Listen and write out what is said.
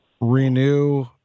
renew